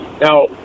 Now